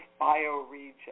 Bioregion